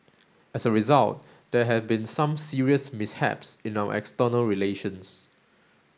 as a result there have been some serious mishaps in our external relations